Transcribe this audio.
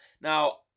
Now